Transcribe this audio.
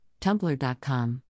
Tumblr.com